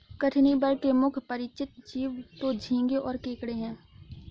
कठिनी वर्ग के मुख्य परिचित जीव तो झींगें और केकड़े हैं